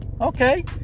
okay